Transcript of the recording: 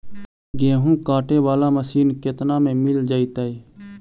गेहूं काटे बाला मशीन केतना में मिल जइतै?